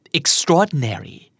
extraordinary